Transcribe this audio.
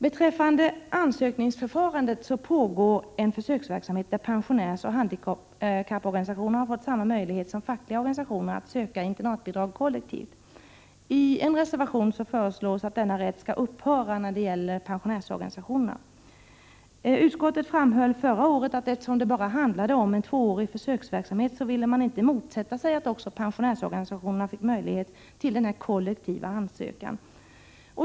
Beträffande ansökningsförfarandet pågår en försöksverksamhet där pensionärsoch handikapporganisationer har fått samma möjlighet som fackliga organisationer att söka internatbidragen kollektivt. I en reservation föreslås att denna rätt skall upphöra när det gäller pensionärsorganisationerna. Utskottet framhöll förra året att eftersom det bara handlade om en tvåårig försöksverksamhet ville man inte motsätta sig att också pensionärsorganisationerna fick möjlighet till denna kollektiva ansökan.